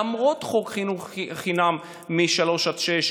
למרות חוק חינוך חינם משלוש עד שש,